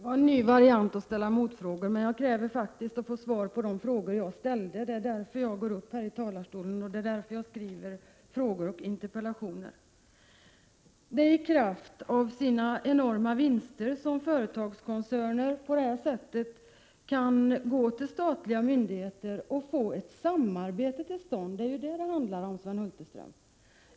Herr talman! Att ställa motfrågor är en ny variant. Men jag kräver faktiskt svar på de frågor som jag ställer. Det är därför som jag går upp i talarstolen och det är därför som jag framställer frågor och interpellationer. Det är i kraft av sina enorma vinster som koncerner kan gå till statliga myndigheter och på det här sättet få ett samarbete till stånd. Det är ju vad det handlar om, Sven Hulterström!